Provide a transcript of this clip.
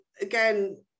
again